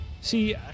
see